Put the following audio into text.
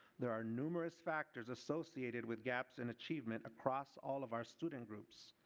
there are numerous factors associated with gaps in achievement across all of our student groups.